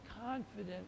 confident